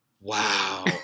Wow